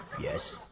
Yes